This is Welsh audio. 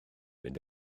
mynd